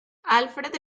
alfred